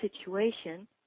situation